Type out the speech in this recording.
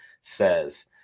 says